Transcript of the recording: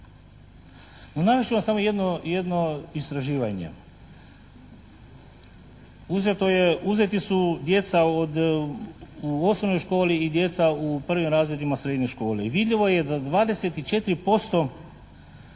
navest ću vam samo jedno istraživanje. Uzeto je, uzeti su djeca u osnovnoj školi i djeca u prvim razredima srednje škole. I vidljivo je da 24%,